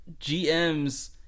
GMs